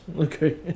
Okay